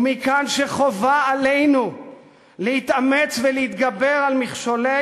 ומכאן שחובה עלינו להתאמץ ולהתגבר על מכשולי